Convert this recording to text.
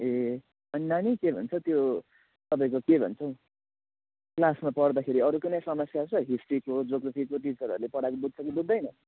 ए अनि नानी के भन्छ त्यो तपाईँको के भन्छ हौ क्लासमा पढ्दाखेरि अरू कुनै समस्या छ हिस्ट्रीको जोग्राफीको टिचरहरूले पढाएको बुझ्छ कि बुझ्दैन